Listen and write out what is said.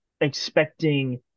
expecting